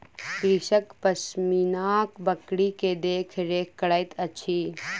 कृषक पश्मीना बकरी के देख रेख करैत अछि